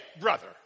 brother